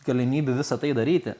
galimybių visa tai daryti